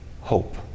hope